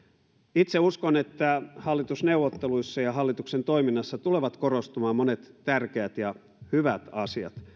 itse uskon että hallitusneuvotteluissa ja hallituksen toiminnassa tulevat korostumaan monet tärkeät ja hyvät asiat